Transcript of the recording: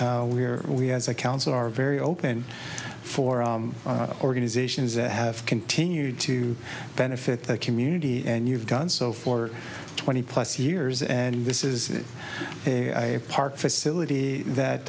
where we as a council are very open for organizations that have continued to benefit the community and you've done so for twenty plus years and this is a park facility that